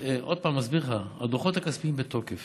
עוד פעם, אני מסביר לך: הדוחות הכספיים בתוקף